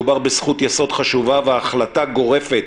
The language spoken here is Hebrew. מדובר בזכות יסוד חשובה והחלטה גורפת